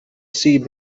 see